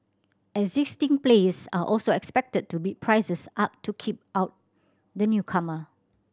existing players are also expected to bid prices up to keep out the newcomer